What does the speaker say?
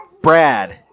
Brad